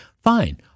Fine